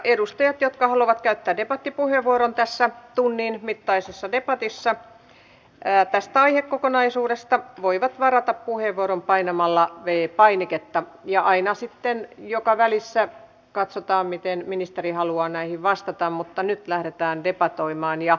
edustajat jotka haluavat käyttää debattipuheenvuoron tässä tunnin mittaisessa debatissa tästä aihekokonaisuudesta voivat varata puheenvuoron painamalla v painiketta ja aina sitten joka välissä katsotaan miten ministeri haluaa näihin vastata mutta nyt lähdetään debatoimaan